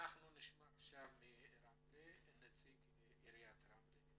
אנחנו נשמע עכשיו את נציג עיריית רמלה,